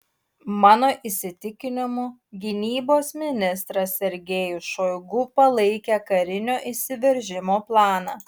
mano įsitikinimu gynybos ministras sergejus šoigu palaikė karinio įsiveržimo planą